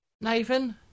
Nathan